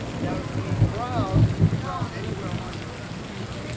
now, we browse and you can browse anywhere on your computer.